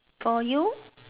for you